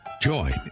Join